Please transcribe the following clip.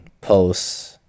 posts